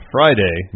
Friday